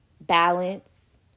balance